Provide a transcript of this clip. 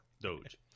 Doge